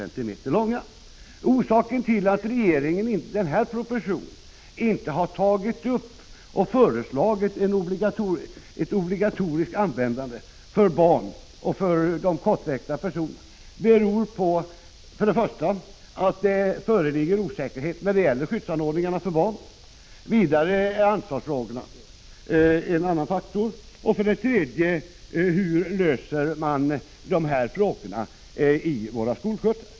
Orsaken till 17 december 1985 att regeringen i den här propositionen inte har föreslagit en obligatorisk. = Dan. gen bilbältesanvändning för barn och kortväxta personer är för det första osäkerheten när det gäller skyddsanordningar för barn, för det andra ansvarsfrågan och för det tredje det förhållandet att man inte har klart för sig hur man skall lösa detta problem i våra skolskjutsar.